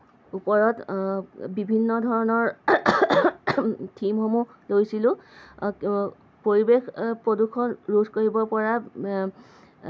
ওপৰত বিভিন্ন ধৰণৰ থিমসমূহ লৈছিলোঁ পৰিৱেশ প্ৰদূষণ ৰোধ কৰিব পৰা